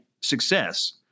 success –